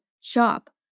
shop